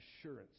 assurance